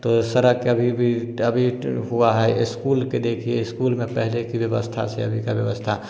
तो सड़क अभी भी अभी हुआ हैं इस्कूल का देखिए स्कूल में पहले की व्यवस्था से अभी का व्यवस्था